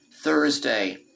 Thursday